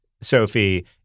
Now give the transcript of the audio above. Sophie